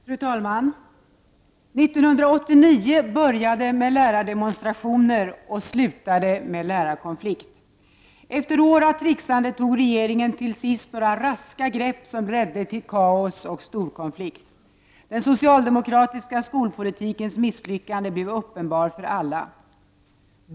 Fru talman! 1989 började med lärardemonstrationer och slutade med lärarkonflikt. Efter år av trixande tog regeringen till sist några raska grepp som ledde till kaos och storkonflikt. Den socialdemokratiska skolpolitikens misslyckande blev uppenbart för alla.